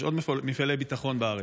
יש עוד מפעלי ביטחון בארץ.